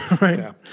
Right